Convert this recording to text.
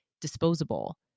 disposable